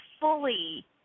fully